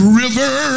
river